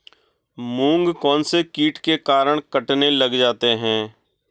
मूंग कौनसे कीट के कारण कटने लग जाते हैं?